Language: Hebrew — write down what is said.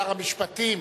שר המשפטים,